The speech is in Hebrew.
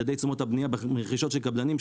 מדדי תשומות הבנייה מרכישות של קבלנים,